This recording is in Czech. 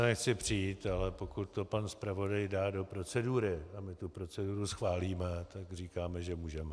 Nechci se přít, ale pokud to pan zpravodaj dá do procedury a my tu proceduru schválíme, tak říkáme, že můžeme.